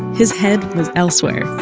his head was elsewhere.